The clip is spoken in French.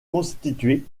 constitué